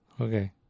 Okay